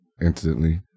instantly